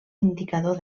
indicador